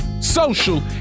social